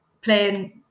playing